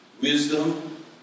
wisdom